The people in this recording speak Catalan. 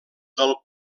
del